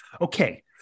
okay